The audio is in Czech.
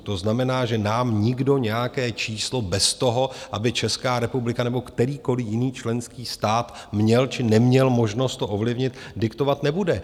To znamená, že nám nikdo nějaké číslo bez toho, aby Česká republika nebo kterýkoliv jiný členský stát měl, či neměl možnost ovlivnit, diktovat nebude.